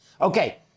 Okay